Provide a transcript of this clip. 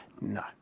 No